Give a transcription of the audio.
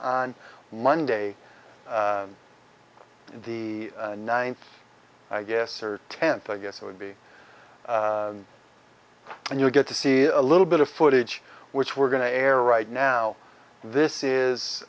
on monday the ninth i guess or tenth i guess it would be and you'll get to see a little bit of footage which we're going to air right now this